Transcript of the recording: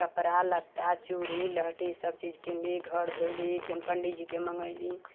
कपड़ा लत्ता चूड़ी लहठी सब चीज कीनली घर धोयली फेन पंडी जीकेँ मँगेली